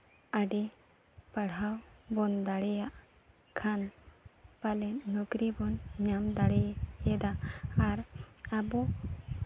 ᱟᱹᱰᱤ ᱯᱟᱲᱦᱟᱣ ᱵᱚᱱ ᱫᱟᱲᱮᱭᱟᱜ ᱠᱷᱟᱱ ᱯᱟᱞᱮᱱ ᱱᱩᱠᱨᱤ ᱵᱚᱱ ᱧᱟᱢ ᱫᱟᱲᱮᱭᱮᱫᱟ ᱟᱨ ᱟᱵᱚ